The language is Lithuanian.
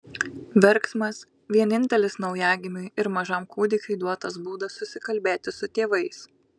verksmas vienintelis naujagimiui ir mažam kūdikiui duotas būdas susikalbėti su tėvais